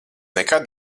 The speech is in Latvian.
nekad